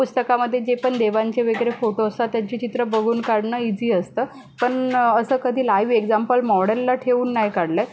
पुस्तकामध्ये जे पण देवांचे वगैरे फोटो असतात त्यांची चित्रं बघून काढणं इझी असतं पण असं कधी लाईव्ह एक्जाम्पल मॉडेलला ठेऊन नाही काढलं आहे